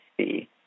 see